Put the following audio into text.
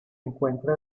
encuentra